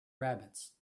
rabbits